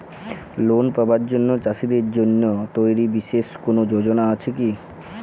Loan পাবার জন্য চাষীদের জন্য তৈরি বিশেষ কোনো যোজনা আছে কি?